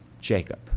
Jacob